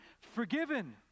forgiven